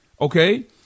Okay